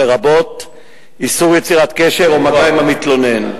לרבות איסור יצירת קשר או מגע עם המתלונן.